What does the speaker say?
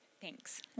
Thanks